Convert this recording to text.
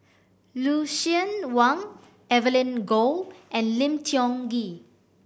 Lucien Wang Evelyn Goh and Lim Tiong Ghee